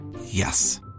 Yes